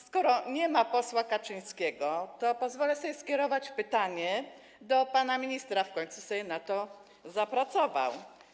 Skoro nie ma posła Kaczyńskiego, to pozwolę sobie skierować pytanie do pana ministra, w końcu sobie na to zapracował.